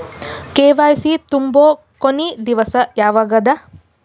KYC ತುಂಬೊ ಕೊನಿ ದಿವಸ ಯಾವಗದ?